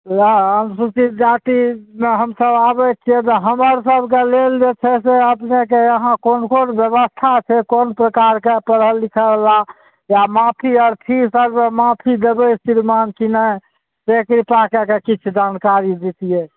वएह अनुसूचित जातिमे हमसभ आबै छिए तऽ हमर सभके लेल जे छै से अपनेके यहाँ कोन कोन बेबस्था छै कोन प्रकारके पढ़ल लिखल आ माफी आओर फी सब माफी देबै श्रीमान की नहि से किछु आगेके किछु जानकारी देतिए